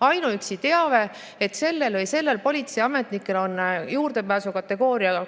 Ainuüksi teave, et sellel või sellel politseiametnikul on juurdepääs kategooriaga